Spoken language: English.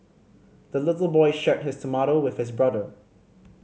the little boy shared his tomato with his brother